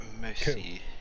Mercy